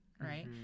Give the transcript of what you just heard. right